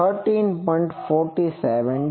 212 13